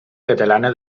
catalana